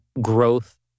growth